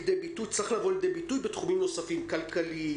שצריך לבוא לידי ביטוי גם בתחומים נוספים: התחום הכלכלי,